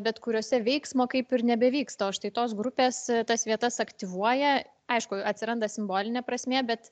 bet kuriose veiksmo kaip ir nebevyksta o štai tos grupės tas vietas aktyvuoja aišku atsiranda simbolinė prasmė bet